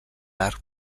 arc